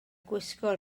gwisgo